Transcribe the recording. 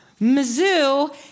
Mizzou